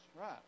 right